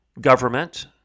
government